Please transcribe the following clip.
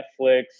netflix